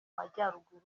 majyaruguru